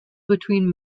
between